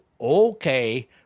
okay